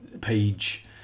Page